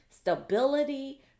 stability